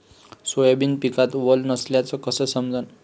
Soybean पिकात वल नसल्याचं कस समजन?